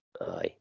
Aye